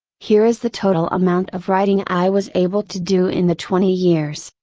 here is the total amount of writing i was able to do in the twenty years,